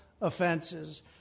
offenses